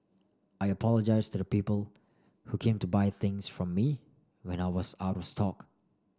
I apologise to the people who came to buy things from me when I was out stock